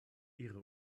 ihre